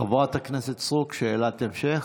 חברת הכנסת סטרוק, שאלת המשך,